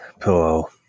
pillow